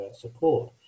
support